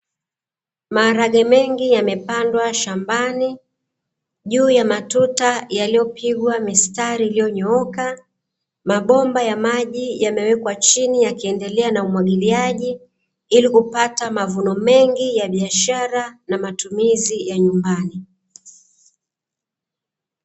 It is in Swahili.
Maharage mengi yamepandwa shambani juu ya matuta yaliyopigwa mistari iliyonyooka, mabomba ya maji yamewekwa chini yakiendelea na umwagiliaji ili kupata mavuno mengi ya biashara na matumizi ya nyumbani.